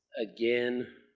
again,